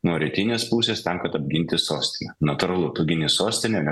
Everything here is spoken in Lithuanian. nuo rytinės pusės tam kad apginti sostinę natūralu tu gini sostinę ne